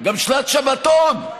גם בפרקליטות.